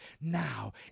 Now